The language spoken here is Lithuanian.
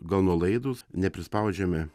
gan nuolaidūs neprispaudžiame